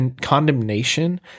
Condemnation